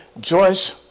Joyce